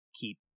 keep